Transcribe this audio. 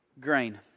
grain